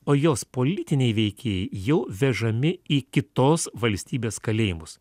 o jos politiniai veikėjai jau vežami į kitos valstybės kalėjimus